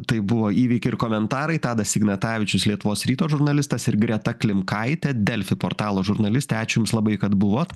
tai buvo įvykiai ir komentarai tadas ignatavičius lietuvos ryto žurnalistas ir greta klimkaitė delfi portalo žurnalistė ačiū jums labai kad buvot